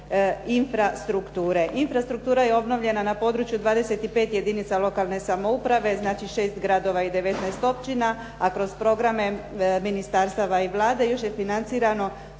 infrastrukture. Infrastruktura je obnovljena na području 25 jedinica lokalne samouprave, znači šest gradova i 19 općina a kroz programe ministarstava i Vlade još je financirano